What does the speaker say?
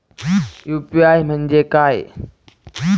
UPI म्हणजे काय?